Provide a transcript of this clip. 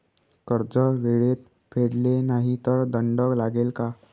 कर्ज वेळेत फेडले नाही तर दंड लागेल का?